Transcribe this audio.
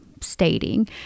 stating